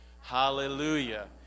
Hallelujah